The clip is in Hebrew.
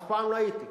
אף פעם לא הייתי,